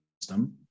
system